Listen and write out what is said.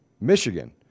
Michigan